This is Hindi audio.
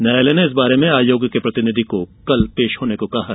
न्या्यालय ने इस बारे में आयोग के प्रतिनिधि को कल पेश होने को कहा है